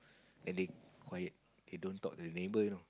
and they quiet they don't talk to the neighbour you know